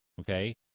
okay